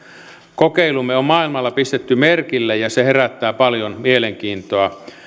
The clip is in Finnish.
kokeilumme on maailmalla pistetty merkille ja se herättää paljon mielenkiintoa